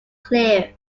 clear